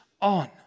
on